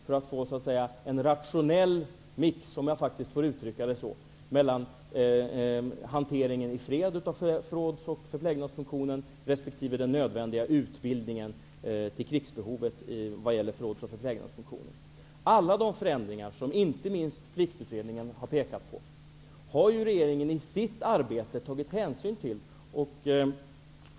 Och detta för att man skall få en rationell ''mix'' mellan hanteringen av förråds och förplägnadsfunktionen i fred och den nödvändiga utbildningen för krigsbehovet när det gäller förrådsoch förplägnadsfunktionen. Alla de förändringar som inte minst Pliktutredningen har pekat på har ju regeringen i sitt arbete tagit hänsyn till.